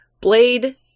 Blade